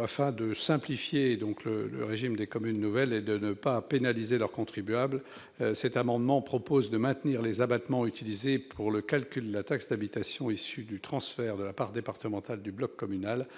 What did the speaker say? Afin de simplifier le régime des communes nouvelles et de ne pas pénaliser leurs contribuables, le présent amendement vise à maintenir les abattements utilisés pour le calcul de la taxe d'habitation issus du transfert de la part départementale au bloc communal